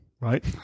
right